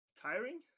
Tiring